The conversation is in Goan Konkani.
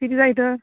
किदें जाय तर